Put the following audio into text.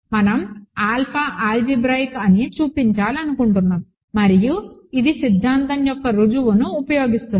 మనం alpha algebraic అని చూపించాలనుకుంటున్నాము మరియు ఇది సిద్ధాంతం యొక్క రుజువును ఉపయోగిస్తుంది